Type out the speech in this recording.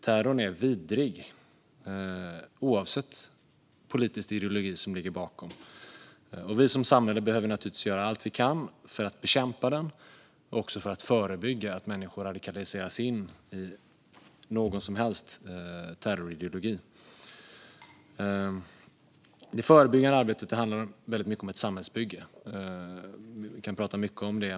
Terrorn är vidrig oavsett vilken politisk ideologi som ligger bakom. Och vi som samhälle behöver naturligtvis göra allt vi kan för att bekämpa terrorn och för att förebygga att människor radikaliseras in i någon som helst terrorideologi. Det förebyggande arbetet handlar väldigt mycket om ett samhällsbygge. Vi kan prata mycket om det.